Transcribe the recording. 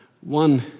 one